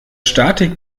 statik